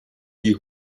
die